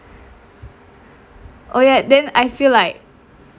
oh ya then I feel like